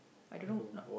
I don't know not